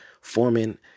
forming